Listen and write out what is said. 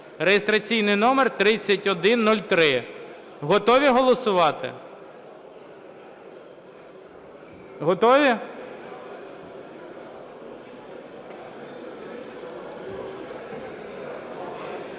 (реєстраційний номер 3103). Готові голосувати? Прошу